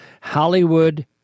Hollywood